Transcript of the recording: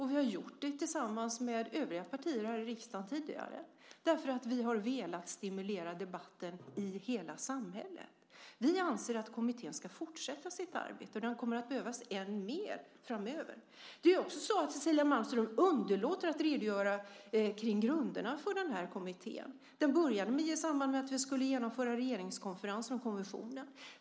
Vi har gjort det tillsammans med övriga partier här i riksdagen tidigare därför att vi har velat stimulera debatten i hela samhället. Vi anser att kommittén ska fortsätta sitt arbete. Den kommer att behövas än mer framöver. Cecilia Malmström underlåter också att redogöra för grunderna för kommittén. Den började i samband med att vi skulle genomföra regeringskonferensen om konventionen.